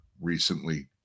recently